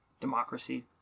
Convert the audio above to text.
democracy